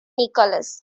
nicholas